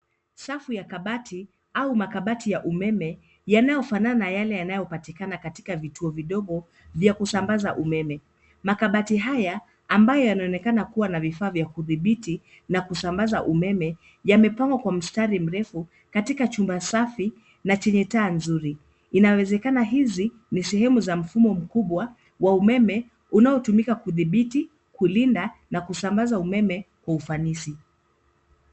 Safu ya kabati au makabati ya umeme yanayofanana na yale yanayopatikana katika vituo vidogo vya kusambaza umeme. Makabati haya ambayo yanaonekana kuwa na vifaa vya kudhibiti na kusambaza umeme, yamepangwa kwa mstari mrefu katika chumba safi na chenye taa nzuri. Inawezekana hizi ni sehemu za mfumo mkubwa wa umeme unaotumika kudhibiti, kulinda na kusambaza umeme kwa ufanisi.